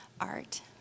art